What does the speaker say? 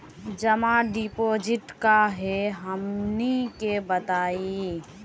जमा डिपोजिट का हे हमनी के बताई?